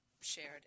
shared